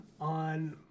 on